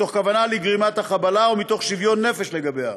מתוך כוונה לגרימת החבלה או מתוך שוויון נפש לגביה,